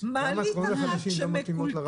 גם הקרונות החדשים לא מתאימים לרמפות.